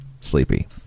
sleepy